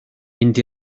mynd